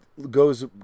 goes